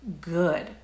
good